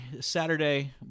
Saturday